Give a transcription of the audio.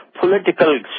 political